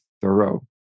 thorough